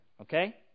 okay